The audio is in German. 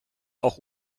auch